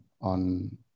on